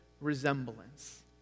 resemblance